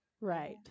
Right